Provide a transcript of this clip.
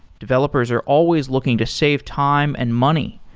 developers are always looking to save time and money,